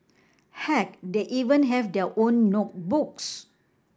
heck they even have their own notebooks